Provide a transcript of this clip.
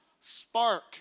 spark